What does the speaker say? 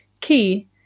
key